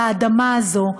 לאדמה הזאת,